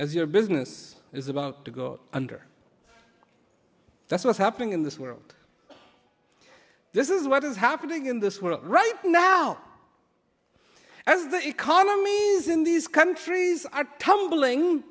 as your business is about to go under that's what's happening in this world this is what is happening in this world right now as the economy is in these countries